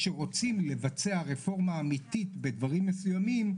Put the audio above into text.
כשרוצים לבצע רפורמה אמיתית בדברים מסוימים,